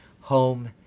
home